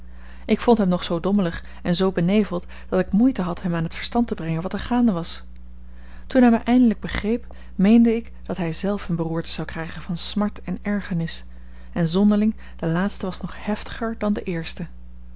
ik vond hem nog zoo dommelig en zoo beneveld dat ik moeite had hem aan t verstand te brengen wat er gaande was toen hij mij eindelijk begreep meende ik dat hij zelf eene beroerte zou krijgen van smart en ergernis en zonderling de laatste was nog heftiger dan de eerste